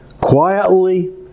quietly